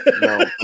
no